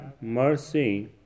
mercy